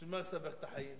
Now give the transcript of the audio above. בשביל מה לסבך את החיים?